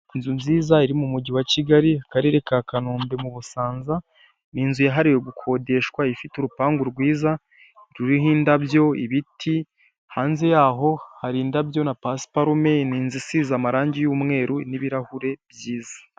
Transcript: Inzu nziza iri mu mugi wa Kigali, akarere ka Kanombe mu Busanza. Ni inzu yahariwe gukodeshwa ifite urupangu rwiza ruriho indabyo, ibiti, hanze yaho hari indabyo na pasiparume. Ni inzu isize amarangi y'umweru n'ibirahure byiza.